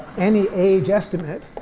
any age estimate